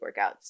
workouts